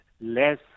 less